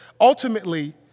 Ultimately